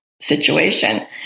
situation